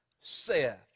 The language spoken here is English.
Seth